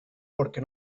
porque